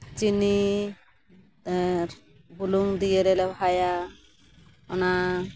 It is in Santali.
ᱪᱤᱱᱤ ᱟᱨ ᱵᱩᱞᱩᱝ ᱫᱤᱭᱮ ᱞᱮ ᱞᱮᱣᱦᱟᱭᱟ ᱚᱱᱟ